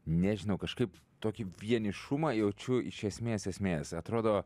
nežinau kažkaip tokį vienišumą jaučiu iš esmės esmės atrodo